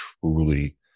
truly